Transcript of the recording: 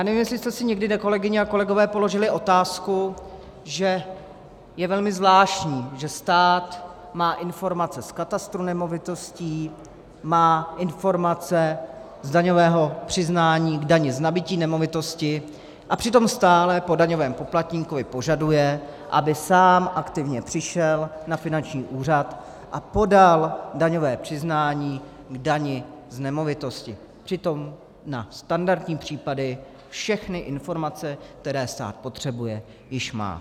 Nevím, jestli jste si někdy, kolegyně, kolegové, položili otázku, že je velmi zvláštní, že stát má informace z katastru nemovitostí, má informace z daňového přiznání k dani z nabytí nemovitosti, a přitom stále po daňovém poplatníkovi požaduje, aby sám aktivně přišel na finanční úřad a podal daňové přiznání k dani z nemovitosti, přitom na standardní případy všechny informace, které stát potřebuje, již má.